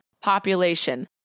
population